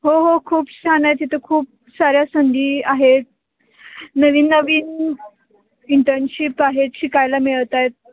हो हो खूप छान आहे तिथं खूप साऱ्या संधी आहेत नवीन नवीन इंटर्नशिप आहेत शिकायला मिळत आहेत